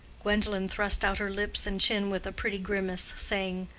gwendolen thrust out her lips and chin with a pretty grimace, saying,